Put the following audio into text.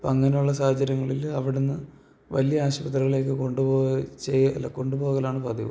അപ്പോള് അങ്ങനെയുള്ള സാഹചര്യങ്ങളില് അവിടുന്ന് വലിയ ആശുപത്രികളിലേക്ക് കൊണ്ടുപോവുക അല്ല കൊണ്ടുപോകലാണ് പതിവ്